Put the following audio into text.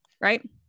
right